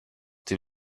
die